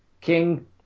King